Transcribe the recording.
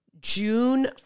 June